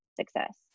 success